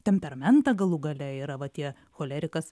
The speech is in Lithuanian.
temperamentą galų gale yra va tie cholerikas